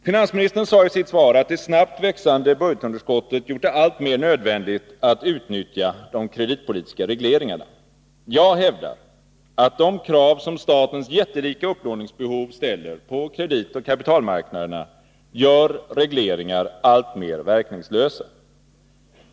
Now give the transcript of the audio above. Finansministern sade i sitt svar att det snabbt växande budgetunderskottet gjort det alltmer nödvändigt att utnyttja de kreditpolitiska regleringarna. Jag hävdar att de krav som statens jättelika upplåningsbehov ställer på kreditoch Fapitalmarknaderna gör regleringar alltmer verkningslösa.